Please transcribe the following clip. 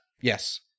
Yes